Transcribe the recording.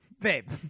Babe